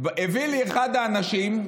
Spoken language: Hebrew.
הביא לי אחד האנשים,